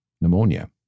Pneumonia